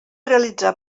realitzar